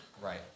Right